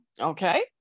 okay